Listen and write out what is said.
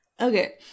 Okay